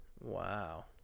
Wow